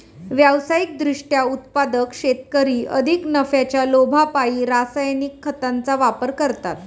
व्यावसायिक दृष्ट्या उत्पादक शेतकरी अधिक नफ्याच्या लोभापायी रासायनिक खतांचा वापर करतात